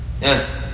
Yes